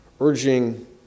urging